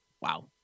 Wow